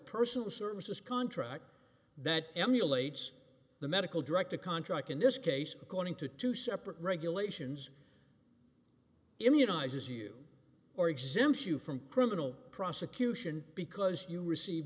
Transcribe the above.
personal services contract that emulates the medical director contract in this case according to two separate regulations immunizes you or exempt you from criminal prosecution because you receive